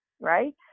right